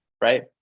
right